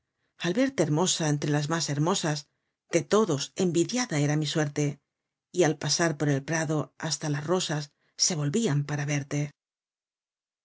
al verte hermosa entre las mas herniosas de todos envidiada era mi suerte y al pasar por el prado hasta las rosas se volvían por verte